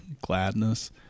gladness